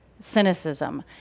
Cynicism